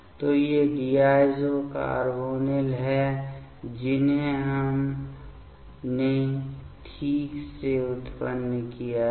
तो ये diazo carbonyl हैं जिन्हें हमने ठीक से उत्पन्न किया है